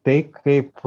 tai kaip